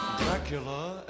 Dracula